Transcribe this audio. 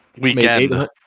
Weekend